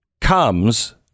comes